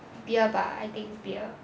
beer bah I think beer